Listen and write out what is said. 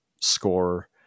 score